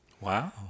Wow